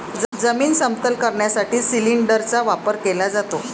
जमीन समतल करण्यासाठी सिलिंडरचा वापर केला जातो